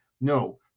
No